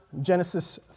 Genesis